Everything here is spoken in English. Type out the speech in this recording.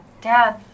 Dad